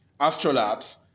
Astrolabs